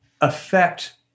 affect